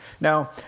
Now